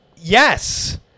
Yes